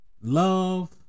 Love